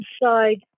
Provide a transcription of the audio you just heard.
inside